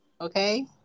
okay